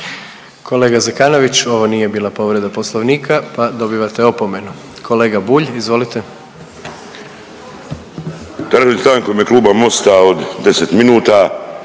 Kolega Zekanović, ovo nije bila povreda Poslovnika pa dobivate opomenu. Kolega Bulj, izvolite. **Bulj, Miro (MOST)** Tražim stanku u ime Kluba Mosta od 10 minuta.